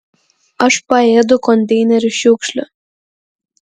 aš paėdu konteinerių šiukšlių